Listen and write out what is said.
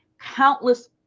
countless